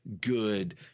good